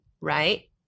right